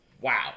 Wow